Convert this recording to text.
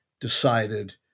decided